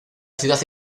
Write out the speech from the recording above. ciudad